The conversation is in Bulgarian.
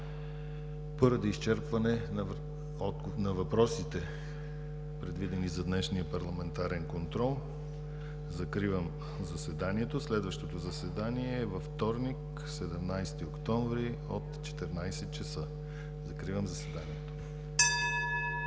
Поради изчерпване на въпросите, предвидени за днешния парламентарен контрол, закривам заседанието. Следващото заседание е във вторник, 17 октомври 2017 г., от 14,00 ч. Закривам заседанието.